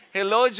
Hello